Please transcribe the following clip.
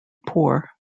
poor